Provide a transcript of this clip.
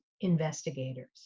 investigators